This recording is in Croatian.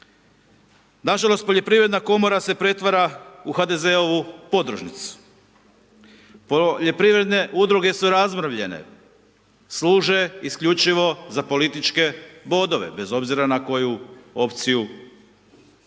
Nažalost Poljoprivredna komora se pretvara u HDZ-ovu podružnicu, poljoprivredne udruge su razmrvljene, služe isključivo za političke bodove bez obzira kojoj opciji služe.